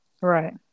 Right